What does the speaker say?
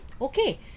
okay